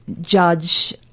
judge